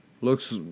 looks